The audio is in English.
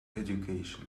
education